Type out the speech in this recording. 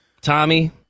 Tommy